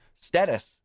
status